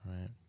right